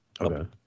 Okay